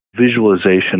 visualization